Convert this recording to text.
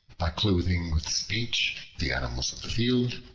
by clothing with speech the animals of the field,